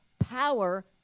power